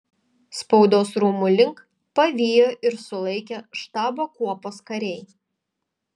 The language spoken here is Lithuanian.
spaudos rūmų link pavijo ir sulaikė štabo kuopos kariai